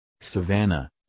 savannah